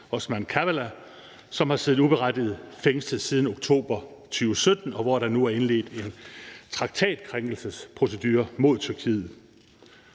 Osman Kavala, som har siddet uberettiget fængslet siden oktober 2017, hvorfor der nu er indledt en traktatkrænkelsesprocedure mod Tyrkiet.